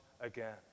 again